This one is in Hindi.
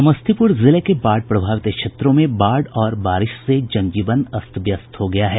समस्तीपुर जिले के बाढ़ प्रभावित क्षेत्रों में बाढ़ और बारिश से जनजीवन अस्त व्यस्त हो गया है